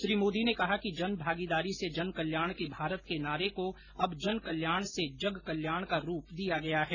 श्री मोदी ने कहा कि जन भागीदारी से जन कल्याण के भारत के नारे को अब जन कल्याण से जग कल्याण का रूप दिया गया है